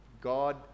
God